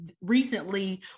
recently